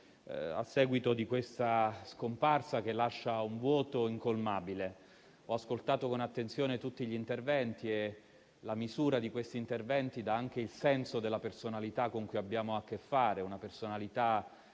a seguito di questa scomparsa che lascia un vuoto incolmabile. Ho ascoltato con attenzione tutti gli interventi e la loro misura dà anche il senso della personalità con cui abbiamo a che fare, una personalità